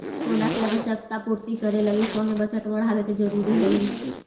सेना के आवश्यकता पूर्ति करे लगी सैन्य बजट बढ़ावे के जरूरी हई